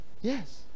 Yes